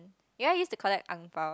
ya I used to collect ang-bao